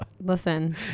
Listen